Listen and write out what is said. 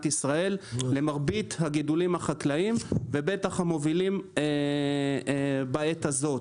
ישראל למרבית הגידולים החקלאיים ובטח המובילים בעת הזאת.